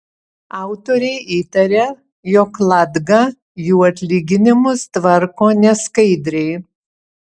autoriai įtaria jog latga jų atlyginimus tvarko neskaidriai